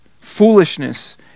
Foolishness